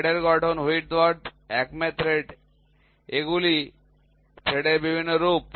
থ্রেডের গঠন Whitworth acme thread এগুলি থ্রেডের বিভিন্ন রূপ